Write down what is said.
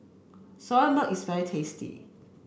Soya Milk is very tasty